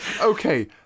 Okay